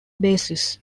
basis